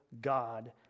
God